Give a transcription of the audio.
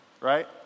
right